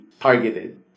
targeted